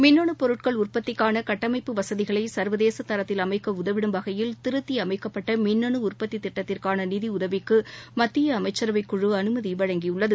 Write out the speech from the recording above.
மின்னனுபொருட்கள் உற்பத்திக்கானகட்டமைப்பு வசதிகளைச்வதேசதரத்தில் அமைக்கஉதவிடும் வகையில் திருத்திஅமைக்கப்பட்டமின்னுடர்பத்திட்டத்திற்கானநிதிடதவிக்குமத்தியஅமைச்சரவைஅனுமதிவழங் கியுள்ளது